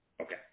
Okay